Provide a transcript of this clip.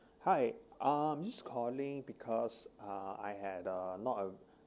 hi um I'm calling because uh I had a not a